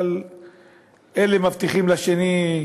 אבל אלה מבטיחים אחד